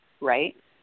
Right